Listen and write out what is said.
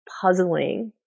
puzzling